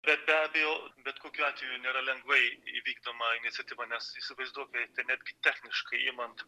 bet be abejo bet kokiu atveju nėra lengvai įvykdoma iniciatyva nes įsivaizduokite netgi techniškai imant